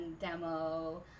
demo